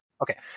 Okay